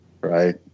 right